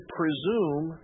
presume